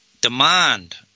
demand